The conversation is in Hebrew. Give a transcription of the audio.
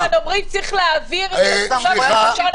סליחה.